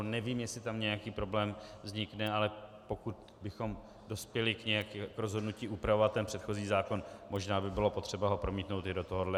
Nevím, jestli tam nějaký problém vznikne, ale pokud bychom dospěli k rozhodnutí upravovat ten předchozí zákon, možná by bylo potřeba ho promítnout i do tohohle.